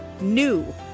NEW